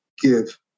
give